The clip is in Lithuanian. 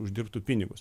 uždirbtų pinigus